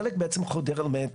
חלק בעצם חודר למי התהום,